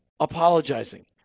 Apologizing